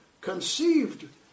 conceived